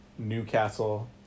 Newcastle